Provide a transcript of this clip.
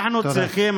אנחנו צריכים,